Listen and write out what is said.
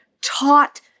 taught